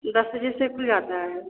दस बजे से खुल जाता है